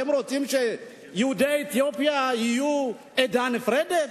אתם רוצים שיהודי אתיופיה יהיו עדה נפרדת?